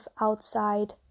outside